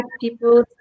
people